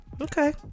Okay